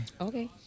Okay